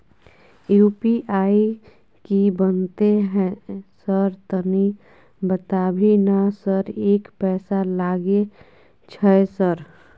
UPI की बनते है सर तनी बता भी ना सर एक पैसा लागे छै सर?